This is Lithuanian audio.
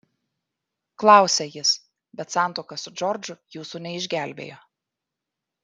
klausia jis bet santuoka su džordžu jūsų neišgelbėjo